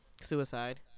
suicide